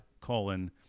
colon